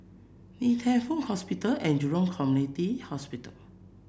Ng Teng Fong Hospital and Jurong Community Hospital